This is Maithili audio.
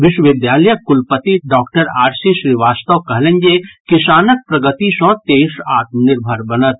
विश्वविद्यालयक कुलपति डॉक्टर आर सी श्रीवास्तव कहलनि जे किसानक प्रगति सँ देश आत्मनिर्भर बनत